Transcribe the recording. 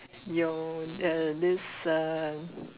your uh this uh